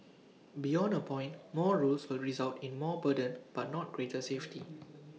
beyond A point more rules will result in more burden but not greater safety